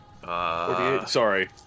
Sorry